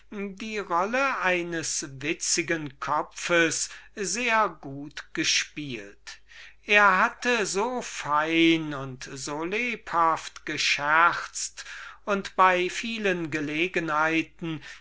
die rolle eines witzigen kopfs so gut gespielt er hatte so fein und so lebhaft gescherzt und bei gelegenheiten